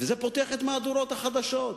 וזה פותח את מהדורות החדשות.